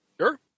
Sure